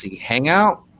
hangout